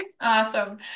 awesome